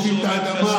עובדים את האדמה.